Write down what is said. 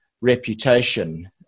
reputation